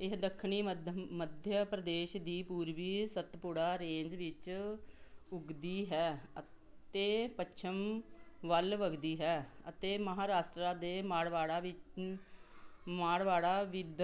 ਇਹ ਦੱਖਣੀ ਮੱਧ ਮੱਧਿਆ ਪ੍ਰਦੇਸ਼ ਦੀ ਪੂਰਬੀ ਸਤਪੁੜਾ ਰੇਂਜ ਵਿੱਚ ਉੱਗਦੀ ਹੈ ਅਤੇ ਪੱਛਮ ਵੱਲ ਵਗਦੀ ਹੈ ਅਤੇ ਮਹਾਰਾਸ਼ਟਰ ਦੇ ਮਾਰਾਵਾੜਾ ਮਾਰਾਵਾਰਾ ਵਿਦ